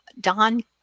Don